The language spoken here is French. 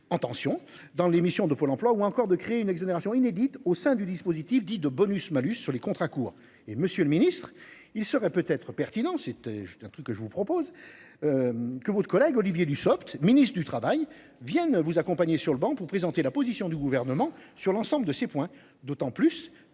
En tension dans l'émission de Pôle emploi ou encore de créer une exonération inédite au sein du dispositif dit de bonus malus sur les contrats courts et Monsieur le Ministre. Il serait peut être pertinent. C'était, c'était un truc que je vous propose. Que votre collègue Olivier Dussopt, ministre du Travail Vienne vous accompagner sur le banc pour présenter la position du gouvernement sur l'ensemble de ces points d'autant plus